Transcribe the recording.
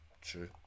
True